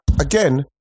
again